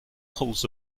pulls